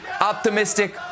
optimistic